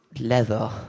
leather